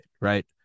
right